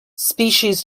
species